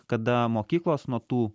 kada mokyklos nuo tų